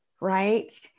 right